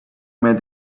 met